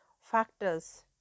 factors